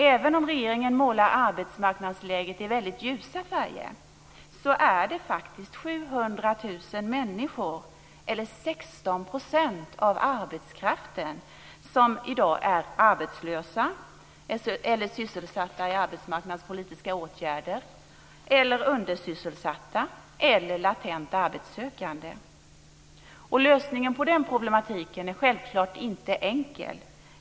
Även om regeringen målar arbetsmarknadsläget i väldigt ljusa färger är det faktiskt 700 000 människor, eller 16 % av arbetskraften, som är i dag arbetslösa eller sysselsatta i arbetsmarknadspolitiska åtgärder, undersysselsatta eller latent arbetssökande. Lösningen på den problematiken är självklart inte enkel.